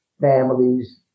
families